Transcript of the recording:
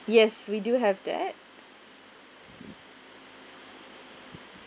yes we do have that